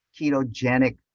ketogenic